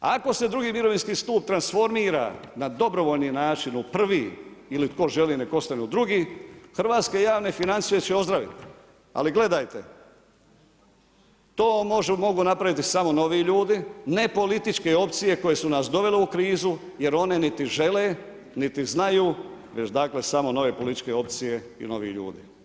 Ako se drugi mirovinski stup transformira na dobrovoljni način u prvi ili tko želi neka ostane u drugi, hrvatske javne financije će ozdraviti ali gledajte, to vam mogu napraviti samo novi ljudi, ne političke opcije koje su nas dovele u krizu jer one niti žele niti znaju, već dakle samo nove političke opcije i novi ljudi.